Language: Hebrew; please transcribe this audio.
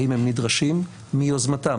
האם הם נדרשים מיוזמתם,